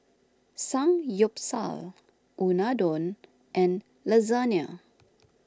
Samgyeopsal Unadon and Lasagna